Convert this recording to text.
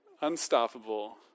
unstoppable